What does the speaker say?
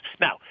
Now